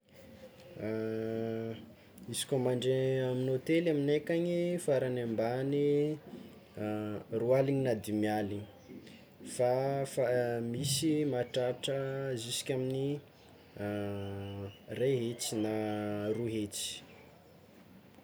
Izy koa mandry amin'ny hôtely aminay akagny farany ambany roa aligny na dimy aligny fa misy mahatratra jisk'amin'ny ray hetsy na roa hetsy.